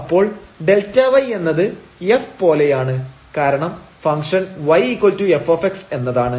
അപ്പോൾ Δy എന്നത് f പോലെയാണ് കാരണം ഫംഗ്ഷൻ yf എന്നതാണ്